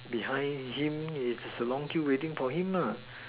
behind him is a long queue waiting for him lah